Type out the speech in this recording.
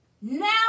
Now